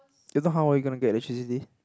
if not how are we gonna get electricity